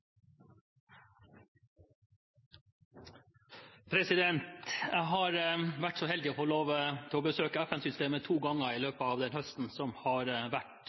Jeg har vært så heldig å få lov til besøke FN-systemet to ganger i løpet av høsten som har vært,